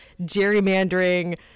gerrymandering